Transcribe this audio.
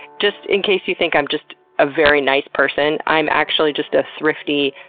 just in case you think i'm just a very nice person, i'm actually just a thrifty,